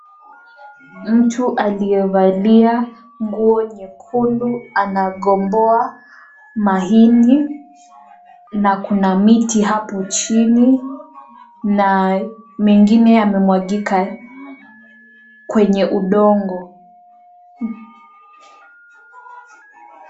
Mtu aliyevalia nguo nyekundu anagomboa mahindi, na kuna miti hapo chini, na mengine yamemwagika kwenye udongo.